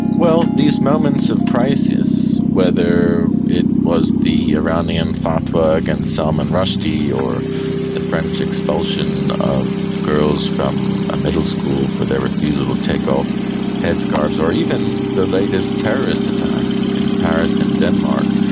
well, these moments of crisis, whether it was the iranian fatwa against salman rushdie or the french expulsion of girls from a middle school for their refusal to take off headscarves, or even the latest terrorist attacks in paris and denmark,